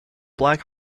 black